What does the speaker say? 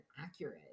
accurate